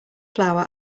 flour